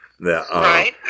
Right